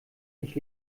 nicht